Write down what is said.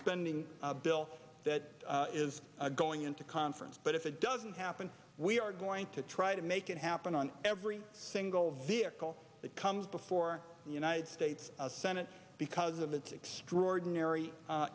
spending bill that is going into conference but if it doesn't happen we are going to try to make it happen on every single vehicle that comes before the united states senate because of that extraordinary